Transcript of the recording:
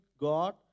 God